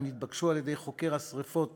הם נתבקשו על-ידי חוקר השרפות